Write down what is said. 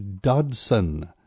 Dodson